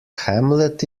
hamlet